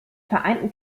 vereinten